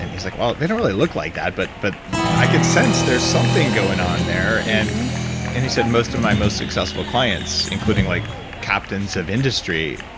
and he's like, well, they don't really look like that, but but i can sense there's something going on there, and and he said, most of my most successful clients, included like captains of industry,